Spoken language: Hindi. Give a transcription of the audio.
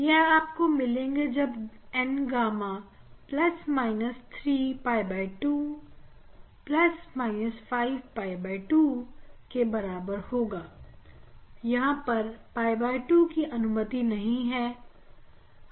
यह आपको मिलेंगे जब N गामा 3 𝝿 2 5 𝝿 2 के बराबर होगा यहां पर 𝝿 2 की अनुमति नहीं है